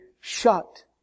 shut